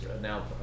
now